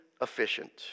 efficient